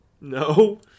No